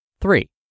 Three